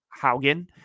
Haugen